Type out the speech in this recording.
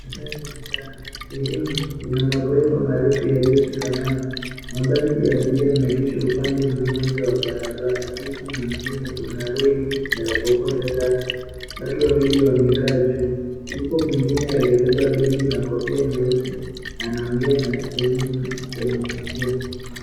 Masaa ya mchana sehemu ina maghorofa marefu yaliyoshikamana. Mabasi ya abiria yamegeshwa upande mmoja wa barabara huku mwingine una lori la kuokota taka. Watu wawili wamekaa juu. Yupo mwingine aliyebeba begi na kofia nyeusi anaongea na rununu kwenye sikio.